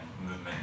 movement